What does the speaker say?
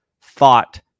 thought